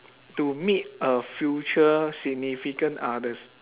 to meet a future significant others